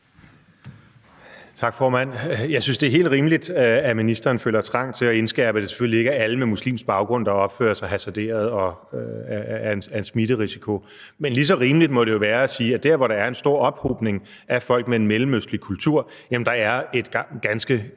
Tak, formand. Jeg synes, det er helt rimeligt, at ministeren føler trang til at indskærpe, at det selvfølgelig ikke er alle med muslimsk baggrund, der opfører sig hasarderet og er en smitterisiko. Men lige så rimeligt må det jo være at sige, at dér, hvor der er en stor ophobning af folk med en mellemøstlig kultur, er der et ganske